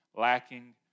lacking